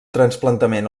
trasplantament